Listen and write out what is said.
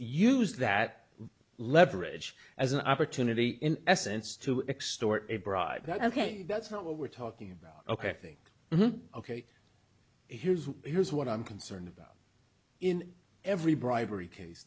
use that leverage as an opportunity in essence to extort a bribe that ok that's not what we're talking about ok i think ok here's here's what i'm concerned about in every bribery case